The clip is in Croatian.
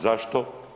Zašto?